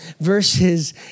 verses